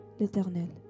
l'Éternel